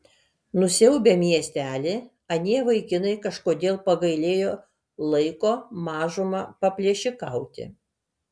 nusiaubę miestelį anie vaikinai kažkodėl pagailėjo laiko mažumą paplėšikauti